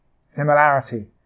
Similarity